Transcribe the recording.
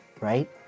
Right